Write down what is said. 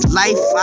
life